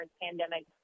pandemic